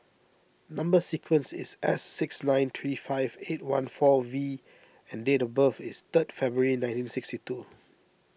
Number Sequence is S six nine three five eight one four V and date of birth is third February nineteen sixty two